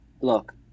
Look